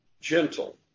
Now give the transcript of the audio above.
gentle